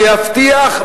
שיבטיחו,